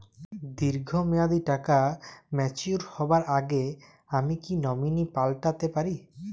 দীর্ঘ মেয়াদি টাকা ম্যাচিউর হবার আগে আমি কি নমিনি পাল্টা তে পারি?